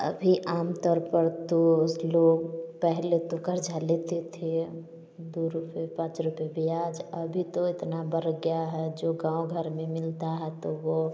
अभी आमतौर पर तो लोग पेहले तो कर्ज लेते थे दो रुपए पाँच रुपये ब्याज अभी तो इतना बढ़ गया है जो गाँव घर में मिलता है तो वो